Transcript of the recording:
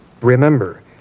Remember